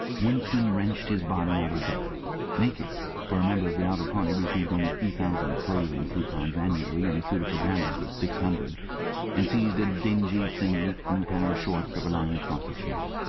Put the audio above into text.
winston wrenched his body out of bed naked, for a member of the outer party received only three thousand clothing coupons annually, and a suit of pyjamas was six hundred and seized a dingy singlet and a pair of shorts that were lying across a chair.